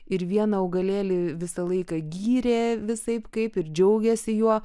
ir vieną augalėlį visą laiką gyrė visaip kaip ir džiaugėsi juo